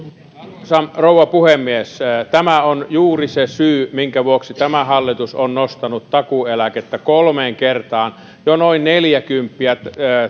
arvoisa rouva puhemies tämä on juuri se syy minkä vuoksi tämä hallitus on nostanut takuueläkettä kolmeen kertaan jo noin neljäkymppiä